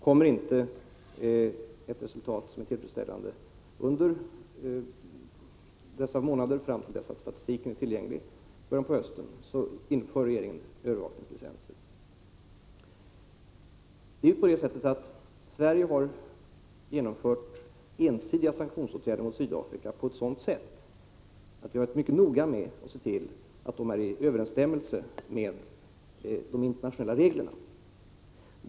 Kommer inte ett tillfredsställande resultat under dessa månader och fram till dess att statistiken är tillgänglig frampå hösten, kommer regeringen att införa övervakningslicenser. Sverige har genomfört ensidiga sanktionsåtgärder mot Sydafrika på ett sådant sätt att vi har varit mycket noga med att se till att de är i överensstämmelse med de internationella reglerna.